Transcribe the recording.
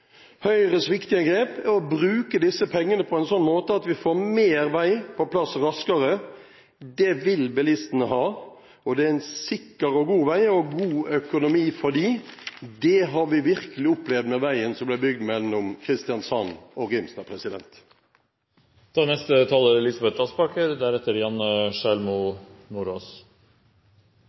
Høyres viktige grep er å bruke disse pengene på en slik måte at vi får mer vei på plass raskere. Det bilistene vil ha, er en sikker og god vei, som er god økonomi. Det har vi virkelig opplevd med veien som ble bygd mellom Kristiansand og Grimstad. Nasjonal transportplan er